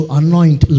anoint